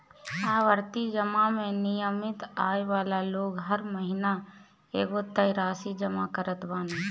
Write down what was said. आवर्ती जमा में नियमित आय वाला लोग हर महिना एगो तय राशि जमा करत बाने